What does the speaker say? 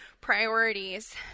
priorities